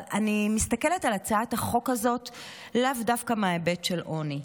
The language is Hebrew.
אבל אני מסתכלת על הצעת החוק הזאת לאו דווקא מההיבט של עוני.